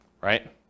right